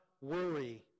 worry